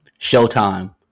Showtime